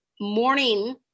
morning